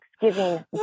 Thanksgiving